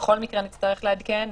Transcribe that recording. שבכל מקרה נצטרך לעדכן,